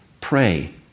pray